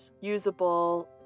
usable